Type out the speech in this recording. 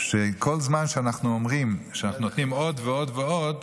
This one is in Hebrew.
כל זמן שאנחנו אומרים שאנחנו נותנים עוד ועוד ועוד,